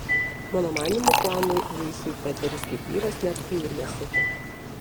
mano manymu chuanui luisui peteris kaip vyras net kulnų nesiekia